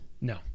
no